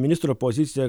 ministro pozicija